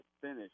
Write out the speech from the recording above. finish